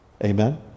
Amen